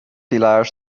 pilaar